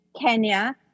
Kenya